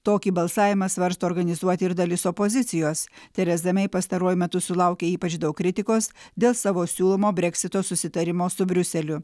tokį balsavimą svarsto organizuoti ir dalis opozicijos tereza mei pastaruoju metu sulaukė ypač daug kritikos dėl savo siūlomo breksito susitarimo su briuseliu